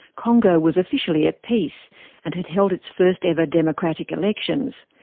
congo was officially at peace and had held its first ever democratic elections,